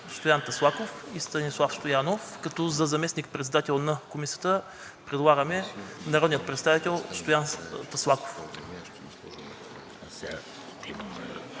Стоян Таслаков и Станислав Стоянов, като за заместник-председател на Комисията предлагаме народния представител Стоян Таслаков.